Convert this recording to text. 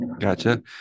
Gotcha